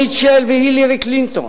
מיטשל והילרי קלינטון.